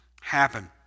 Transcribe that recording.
happen